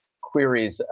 queries